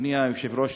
אדוני היושב-ראש,